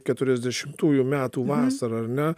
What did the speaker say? keturiasdešimtųjų metų vasara ar ne